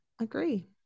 agree